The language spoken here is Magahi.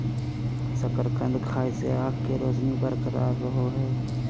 शकरकंद खाय से आंख के रोशनी बरकरार रहो हइ